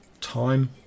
time